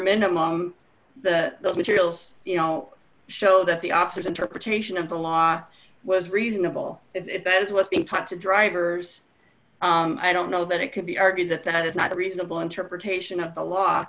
minimum the materials you know show that the officers interpretation of the law was reasonable if as was being taught to drivers i don't know that it could be argued that that is not a reasonable interpretation of the law